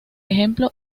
ejemplo